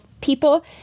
people